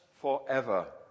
forever